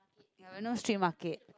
ya street market